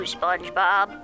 SpongeBob